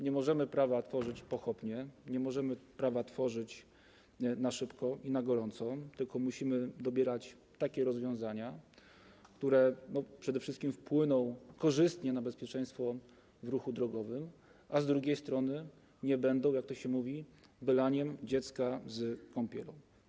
Nie możemy tworzyć prawa pochopnie, nie możemy tworzyć prawa na szybko i na gorąco, tylko musimy dobierać takie rozwiązania, które przede wszystkim wpłyną korzystnie na bezpieczeństwo w ruchu drogowym, a z drugiej strony nie będą, jak to się mówi, wylaniem dziecka z kąpielą.